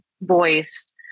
voice